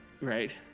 Right